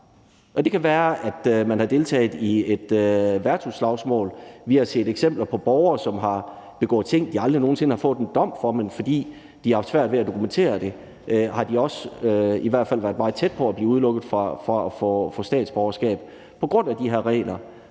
Det kan være, at man har deltaget i et værtshusslagsmål, og vi har set eksempler på borgere, som har gjort ting, de aldrig nogen sinde har fået en dom for, men fordi de har haft svært ved at dokumentere det, har de været meget tæt på at blive udelukket fra at få statsborgerskab – på grund af de her regler.